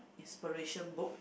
inspiration book